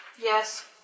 Yes